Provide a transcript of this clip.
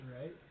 right